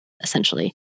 essentially